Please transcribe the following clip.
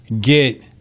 get